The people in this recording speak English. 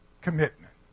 Commitment